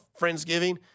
Friendsgiving